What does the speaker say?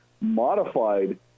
modified